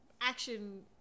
action